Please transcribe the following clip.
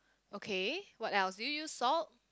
okay what else do you use salt